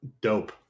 dope